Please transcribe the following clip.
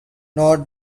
north